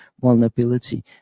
vulnerability